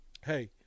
hey